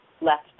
left